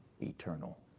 eternal